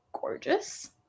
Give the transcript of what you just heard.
gorgeous